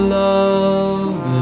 love